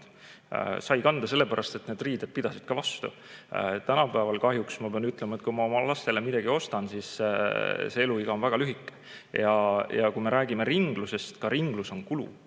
sai kanda, sellepärast et need riided pidasid vastu. Tänapäeval kahjuks ma pean ütlema, et kui ma oma lastele midagi ostan, siis nende asjade eluiga on väga lühike. Ja kui me räägime ringlusest, siis ka ringlus on kulu,